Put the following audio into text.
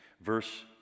Verse